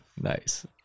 Nice